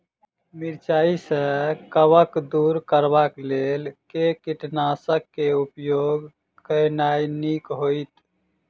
मिरचाई सँ कवक दूर करबाक लेल केँ कीटनासक केँ उपयोग केनाइ नीक होइत?